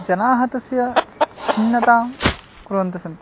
जनाः तस्य छिन्नतां कुर्वन्तः सन्ति